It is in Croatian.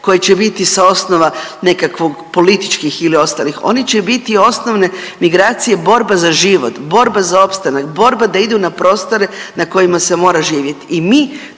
koje će biti sa osnova nekakvog, političkih ili ostalih, oni će biti osnovne migracije borba za život, borba za opstanak, borba da idu na prostore na kojima se mora živjeti